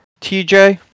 TJ